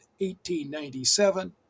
1897